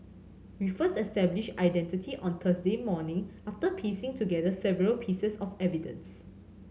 we first established identity on Thursday morning after piecing together several pieces of evidence